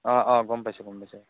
অঁ অঁ গম পাইছো গম পাইছো